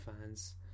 fans